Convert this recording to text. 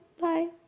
bye